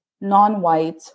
non-white